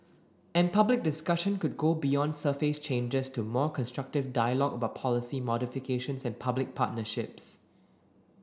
and public discussion could go beyond surface changes to more constructive dialogue about policy modifications and public partnerships